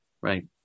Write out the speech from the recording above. Right